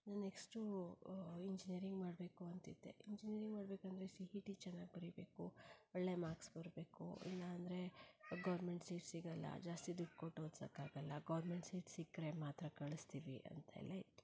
ನಾನು next engineering ಮಾಡಬೇಕು ಅಂತಿದ್ದೆ ಇಂಜಿನಿಯರಿಂಗ್ ಮಾಡಬೇಕಂದ್ರೆ ಸಿ ಹಿ ಟಿ ಚೆನ್ನಾಗಿ ಬರೀಬೇಕು ಒಳ್ಳೆಯ ಮಾರ್ಕ್ಸ್ ಬರಬೇಕು ಇಲ್ಲ ಅಂದರೆ ಗೌರ್ಮೆಂಟ್ ಸೀಟ್ ಸಿಗೋಲ್ಲ ಜಾಸ್ತಿ ದುಡ್ಡು ಕೊಟ್ಟು ಓದ್ಸಕ್ಕಾಗೋಲ್ಲ ಗೌರ್ಮೆಂಟ್ ಸೀಟ್ ಸಿಕ್ಕರೆ ಮಾತ್ರ ಕಳಿಸ್ತೀವಿ ಅಂತೆಲ್ಲ ಇತ್ತು